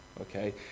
okay